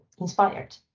inspired